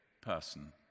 person